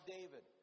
David